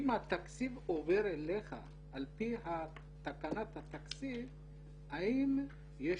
אם התקציב עובר אליך על פי תקנת התקציב האם יש